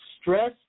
Stress